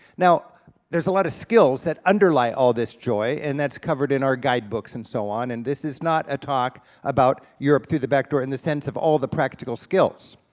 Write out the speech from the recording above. now there's a lot of skills that underlie all this joy, and that's covered in our guidebooks, and so on, and this is not a talk about europe through the back door in the sense of all the practical skills.